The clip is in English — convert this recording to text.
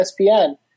ESPN